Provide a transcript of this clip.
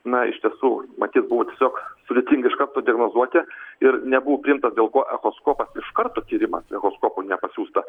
na iš tiesų matyt buvo tiesiog sudėtinga iš karto diagnozuoti ir nebuvo priimtas dėl ko echoskopas iš karto tyrimas echoskopu nepasiūsta